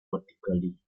vertically